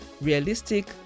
realistic